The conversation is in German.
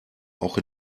auch